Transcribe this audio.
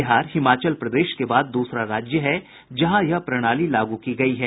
बिहार हिमाचल प्रदेश के बाद दूसरा राज्य है जहां यह प्रणाली लागू की गयी है